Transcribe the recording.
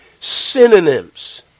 synonyms